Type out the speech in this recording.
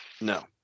No